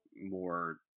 more